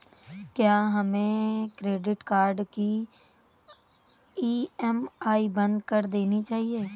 क्या हमें credit card की ई.एम.आई बंद कर देनी चाहिए?